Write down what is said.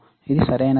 ఇది సరైనదేనా